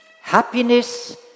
Happiness